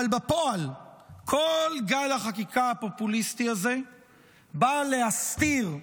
אבל בפועל כל גל החקיקה הפופוליסטי הזה בא להסתיר,